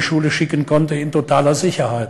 חוששים שייפול טיל על ילדיהם בדרכם לבית-הספר.